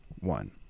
one